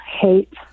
hate